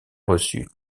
reçu